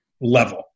level